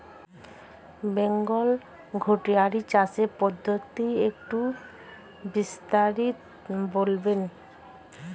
Bengal goatery চাষের পদ্ধতি একটু বিস্তারিত বলবেন?